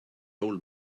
old